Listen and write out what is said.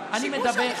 אני עכשיו מדבר.